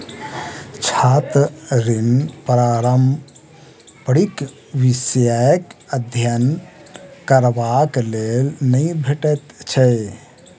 छात्र ऋण पारंपरिक विषयक अध्ययन करबाक लेल नै भेटैत छै